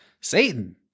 Satan